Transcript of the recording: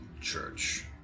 church